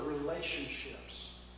relationships